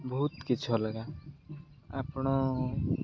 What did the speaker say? ବହୁତ କିଛି ଅଲଗା ଆପଣ